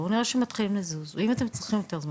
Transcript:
בואו נראה שמתחילים לזוז ואם אתם צריכים אותנו,